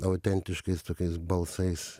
autentiškais tokiais balsais